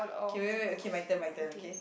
okay wait wait wait okay my turn my turn okay